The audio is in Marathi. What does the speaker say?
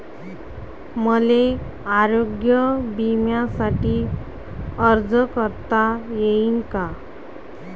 मले आरोग्य बिम्यासाठी अर्ज करता येईन का?